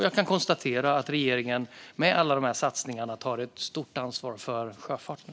Jag kan konstatera att regeringen med alla dessa satsningar tar ett stort ansvar för sjöfarten.